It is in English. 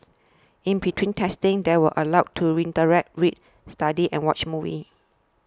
in between testing they were allowed to interact read study and watch movies